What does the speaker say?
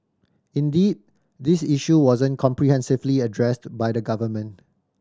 indeed this issue wasn't comprehensively addressed by the government